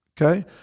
Okay